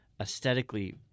aesthetically